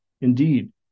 Indeed